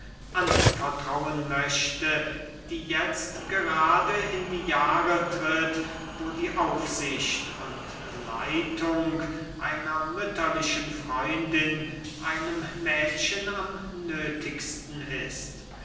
anvertrauen möchte die jetzt gerade in die jahre tritt wo die aufsicht und leitung einer mütterlichen freundin einem mädchen am nöthigsten ist